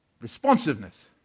Responsiveness